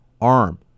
arm